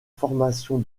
formation